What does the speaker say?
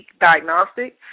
diagnostic